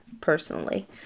personally